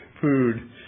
food